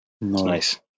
nice